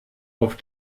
auf